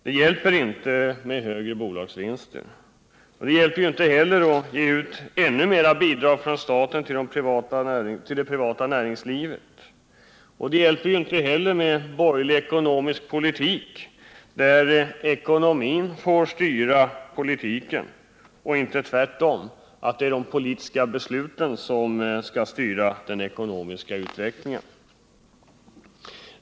Det hjälper inte med högre bolagsvinster och att staten ger ännu mer bidrag till det privata näringslivet. Och inte heller hjälper det med borgerlig ekonomisk politik, där ekonomin får styra politiken och inte tvärtom: att de politiska besluten får styra den ekonomiska utvecklingen.